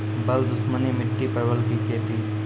बल दुश्मनी मिट्टी परवल की खेती?